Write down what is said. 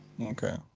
Okay